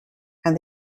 and